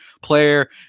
player